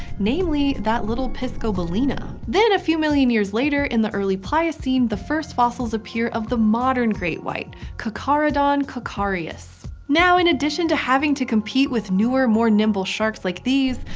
namely, that little piscobalaena. then, a few million years later, in the early pliocene, the first fossils appear of the modern great white, carcharadon carcharias. now, in addition to having to compete with newer, more nimble sharks like these,